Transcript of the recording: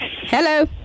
Hello